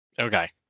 Okay